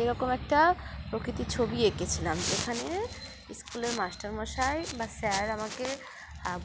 এরকম একটা প্রকৃতির ছবি এঁকেছিলাম যেখানে স্কুলের মাস্টারমশাই বা স্যার আমাকে